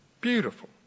beautiful